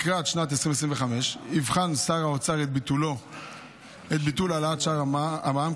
לקראת שנת 2025 יבחן שר האוצר את ביטול העלאת שיעור המע"מ,